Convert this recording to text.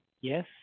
yes